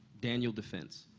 daniel defense.